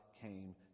came